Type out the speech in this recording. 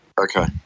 Okay